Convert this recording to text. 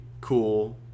cool